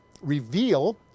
reveal